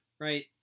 Right